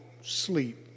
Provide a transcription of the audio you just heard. sleep